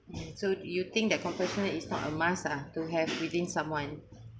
so do you think that compassion is not a must uh to have within someone